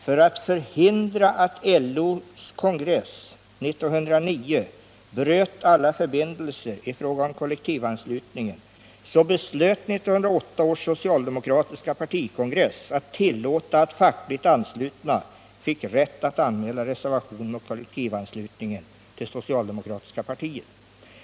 För att förhindra att LO:s kongress 1909 bröt alla förbindelser i fråga om kollektivanslutningen beslöt 1908 års socialdemokratiska partikongress att tillåta att fackligt anslutna fick rätt att anmäla reservation mot kollektivanslutningen till det socialdemokratiska partiet.